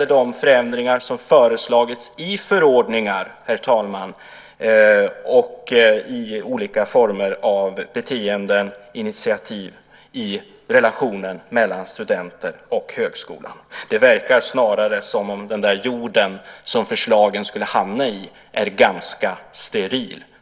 av de förändringar som föreslagits i förordningar, herr talman, och i olika former av beteenden och initiativ i relationen mellan studenten och högskolan. Det verkar snarare som om den där jorden som förslagen skulle hamna i är ganska steril.